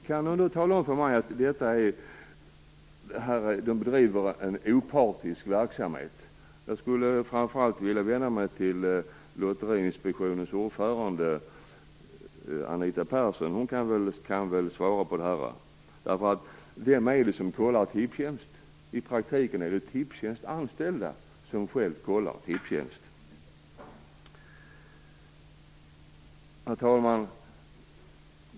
Kan någon tala om för mig att man bedriver en opartisk verksamhet? Framför allt skulle jag vilja vända mig till Lotteriinspektionens ordförande Anita Persson. Hon kan väl svara på min fråga. Vem är det som kontrollerar Tipstjänst? Jo, i praktiken är det Tipstjänsts anställda som själva kontrollerar Tipstjänst. Herr talman!